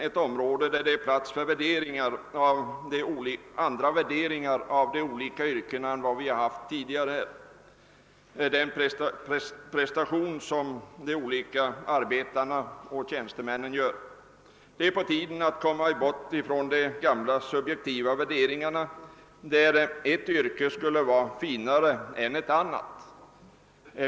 Vi måste få andra värderingar av de olika yrkena än vi nu har och av den prestation som arbetare och tjänstemän utför. Det är på tiden att vi kommer bort från de gamla subjektiva värderingarna att ett yrke skulle vara finare än ett annat.